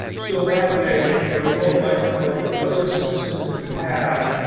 so that way your remote microphone, your other systems that you have,